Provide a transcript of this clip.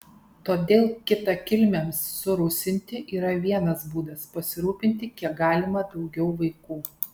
todėl kitakilmiams surusinti yra vienas būdas pasirūpinti kiek galima daugiau vaikų